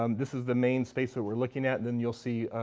um this is the main space that we're looking at. then you'll see